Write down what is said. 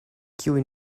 kiuj